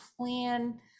plan